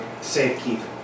safekeeping